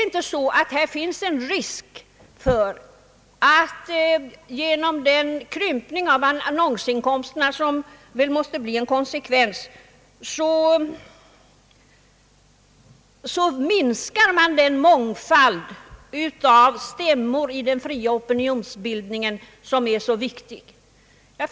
Finns det inte en risk för att man genom den krympning av annonsintäkterna, som väl måste bli en följd, minskar den mångfald av stämningar i den fria opinionsbildningen som är så viktig?